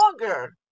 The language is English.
longer